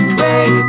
Break